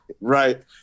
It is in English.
Right